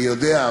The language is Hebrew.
אני יודע,